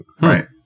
Right